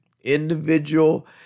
individual